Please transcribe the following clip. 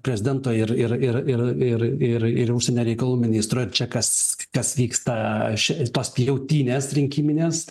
prezidento ir ir ir ir ir ir užsienio reikalų ministro ir čia kas kas vyksta ši tos pjautynės rinkiminės